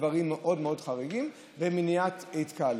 לדברים מאוד מאוד חריגים ומניעת התקהלות.